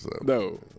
No